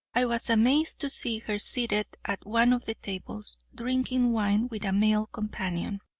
i was amazed to see her seated at one of the tables, drinking wine with a male companion.